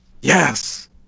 Yes